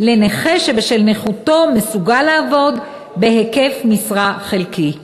לנכה שבשל נכותו הוא מסוגל לעבוד בהיקף משרה חלקי.